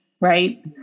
right